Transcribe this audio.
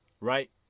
right